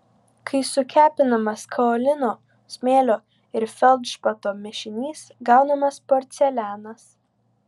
kai sukepinamas kaolino smėlio ir feldšpato mišinys gaunamas porcelianas